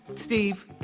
Steve